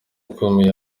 ukomeye